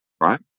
right